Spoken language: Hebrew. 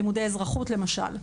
לימודי אזרחות למשל.